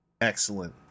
Excellent